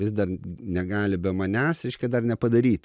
vis dar negali be manęs reiškia dar nepadaryta